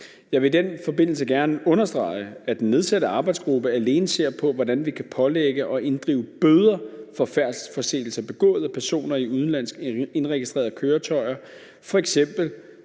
Jeg vil i den forbindelse gerne understrege, at den nedsatte arbejdsgruppe alene ser på, hvordan vi kan pålægge og inddrive bøder for færdselsforseelser begået af personer i udenlandsk indregistrerede køretøjer, f.eks.